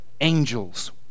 Angels